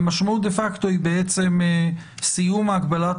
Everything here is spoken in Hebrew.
והמשמעות דה-פקטו היא בעצם סיום הגבלת